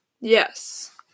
Yes